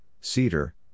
cedar